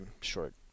short